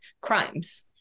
crimes